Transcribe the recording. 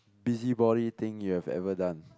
busybody thing you have ever done